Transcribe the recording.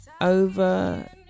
over